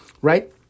right